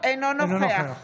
אינו נוכח